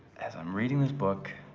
as i am reading this book,